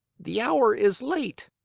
the hour is late!